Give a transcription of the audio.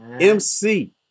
MC